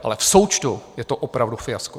Ale v součtu je to opravdu fiasko.